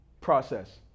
process